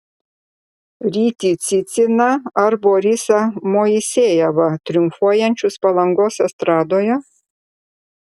rytį ciciną ar borisą moisejevą triumfuojančius palangos estradoje